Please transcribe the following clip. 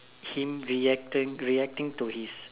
him reacting reacting to his